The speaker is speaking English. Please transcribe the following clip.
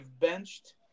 benched